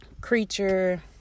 creature